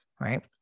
right